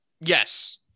Yes